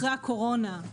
אחרי הקורונה,